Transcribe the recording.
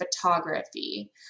photography